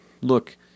look